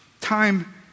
time